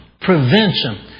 Prevention